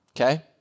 okay